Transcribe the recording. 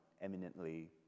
eminently